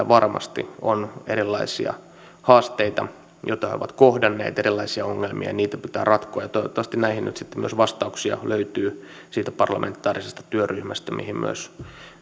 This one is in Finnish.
varmasti on erilaisia haasteita joita he ovat kohdanneet erilaisia ongelmia ja niitä pitää ratkoa toivottavasti näihin nyt sitten löytyy myös vastauksia siitä parlamentaarisesta työryhmästä